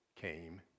came